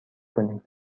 کنیم